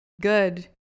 good